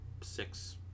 six